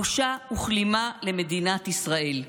בושה וכלימה למדינת ישראל.